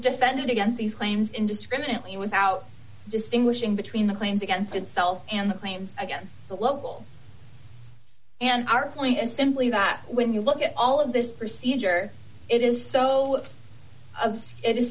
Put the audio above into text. defend against these claims indiscriminately without distinguishing between the claims against itself and the claims against the local and our point is simply that when you look at all of this procedure it is so obscure it is